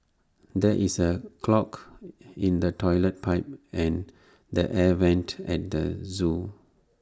there is A clog in the Toilet Pipe and the air Vents at the Zoo